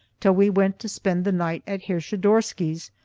till we went to spend the night at herr schidorsky's,